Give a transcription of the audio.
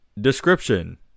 Description